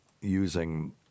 using